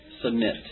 submit